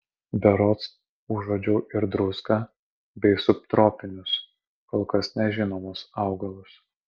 berods užuodžiau ir druską bei subtropinius kol kas nežinomus augalus